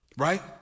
right